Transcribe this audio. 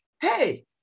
hey